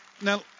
now